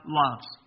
loves